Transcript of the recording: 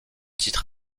titre